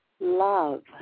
love